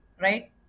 right